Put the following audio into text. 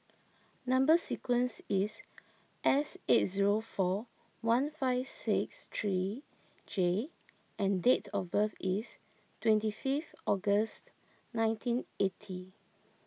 Number Sequence is S eight zero four one five six three J and dates of birth is twenty fifth August nineteen eighty